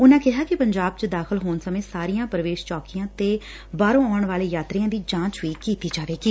ਉਨੂਾ ਕਿਹਾ ਕਿ ਪੰਜਾਬ ਚ ਦਾਖ਼ਲ ਹੋਣ ਸਮੇ ਸਾਰੀਆਂ ਪ੍ਰਵੇਸ਼ ਚੌਕੀਆਂ ਤੇ ਬਾਹਰੋ ਆਉਣ ਵਾਲੇ ਯਾਤਰੀਆਂ ਦੀ ਜਾਂਚ ਵੀ ਕੀਤੀ ਜਾਏਗੀ